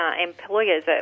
employers